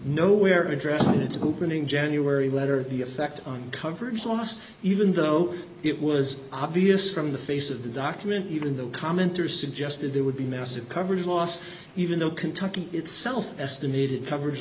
know where addressing it's opening january letter the effect on coverage loss even though it was obvious from the face of the document even the commenter suggested there would be massive coverage loss even though kentucky itself estimated coverage